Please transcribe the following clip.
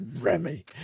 Remy